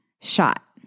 shot